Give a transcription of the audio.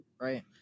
right